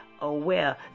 aware